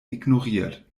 ignoriert